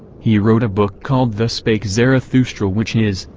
he wrote a book called thus spake zarathustra which is,